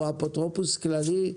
או אפוטרופוס כללי,